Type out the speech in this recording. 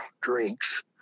drinks